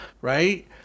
right